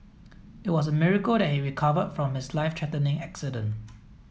it was a miracle that he recover from his life threatening accident